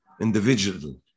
individual